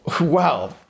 wow